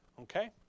okay